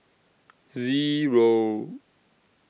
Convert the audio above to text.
Zero